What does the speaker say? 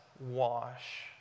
wash